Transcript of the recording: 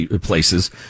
places